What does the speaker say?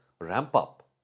ramp-up